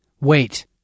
Wait